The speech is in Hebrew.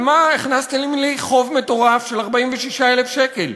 על מה הכנסתם לי חוב מטורף של 46,000 שקל?